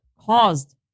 caused